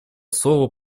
слово